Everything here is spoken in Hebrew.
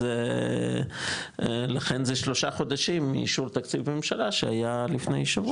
אז לכן זה שלושה חודשים מאישור תקציב הממשלה שהיה לפני שבוע.